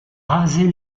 raser